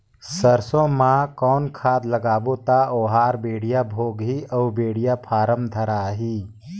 सरसो मा कौन खाद लगाबो ता ओहार बेडिया भोगही अउ बेडिया फारम धारही?